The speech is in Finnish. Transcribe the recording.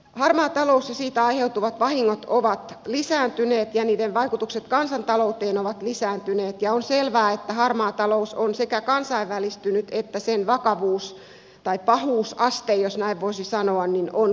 harmaa talous ja siitä aiheutuvat vahingot ovat lisääntyneet ja niiden vaikutukset kansantalouteen ovat lisääntyneet ja on selvää että sekä harmaa talous on kansainvälistynyt että sen vakavuus tai pahuusaste jos näin voisi sanoa on kasvanut